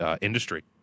industry